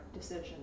decision